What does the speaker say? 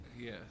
Yes